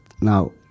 now